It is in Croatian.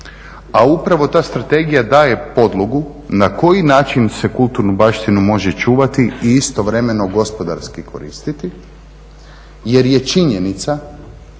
A upravo ta strategija daje podlogu na koji način se kulturnu baštinu može čuvati i istovremeno gospodarski koristiti jer je činjenica